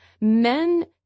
men